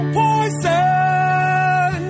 poison